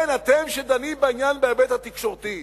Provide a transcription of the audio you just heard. כן, אתם שדנים בעניין בהיבט התקשורתי.